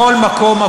אדוני היושב-ראש,